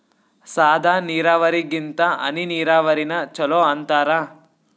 ಸಾದ ನೀರಾವರಿಗಿಂತ ಹನಿ ನೀರಾವರಿನ ಚಲೋ ಅಂತಾರ